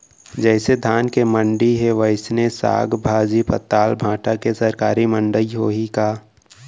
जइसे धान के मंडी हे, वइसने साग, भाजी, पताल, भाटा के सरकारी मंडी होही का?